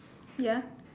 ya